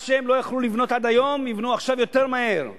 מה שהם לא יכלו לבנות עד היום יבנו עכשיו יותר מהר,